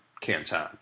Canton